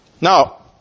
Now